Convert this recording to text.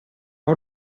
har